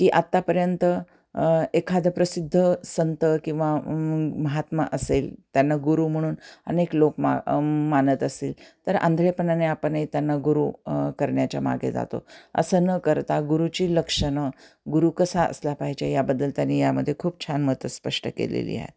की आत्तापर्यंत एखादं प्रसिद्ध संत किंवा महात्मा असेल त्यांना गुरु म्हणून अनेक लोक मा मानत असेल तर आंध्रळेपणाने आपण हे त्यांना गुरु करण्या्च्या मागे जातो असं न करता गुरुची लक्षण गुरु कसा असला पाहिजे याबद्दल त्यांनी यामध्ये खूप छान मत स्पष्ट केलेली आहे